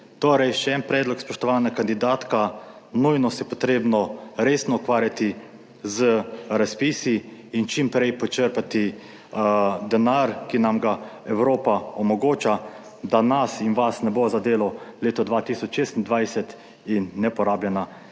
Torej še en predlog spoštovana kandidatka; nujno se je potrebno resno ukvarjati z razpisi in čim prej počrpati denar, ki nam ga Evropa omogoča, da nas in vas ne bo zadelo leto 2026 in neporabljena